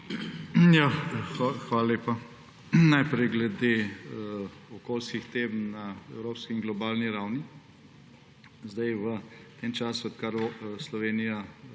Hvala lepa. Najprej glede okolijskih tem na evropski in globalni ravni. V tem času, od kar Slovenija